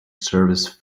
service